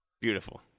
Beautiful